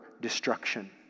destruction